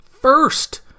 first